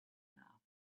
laughed